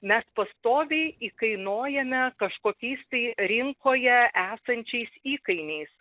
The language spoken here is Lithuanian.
mes pastoviai įkainojame kažkokiais tai rinkoje esančiais įkainiais